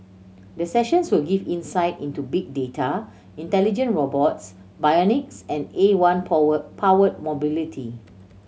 the sessions will give insight into big data intelligent robots bionics and A one powered mobility